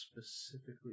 specifically